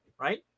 right